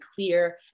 clear